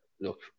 look